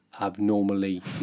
abnormally